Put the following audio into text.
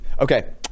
Okay